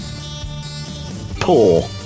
poor